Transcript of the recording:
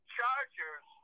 Chargers